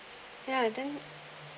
ya and then